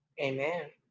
Amen